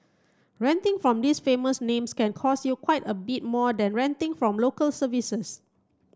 renting from these famous names can cost you quite a bit more than renting from Local Services